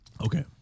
Okay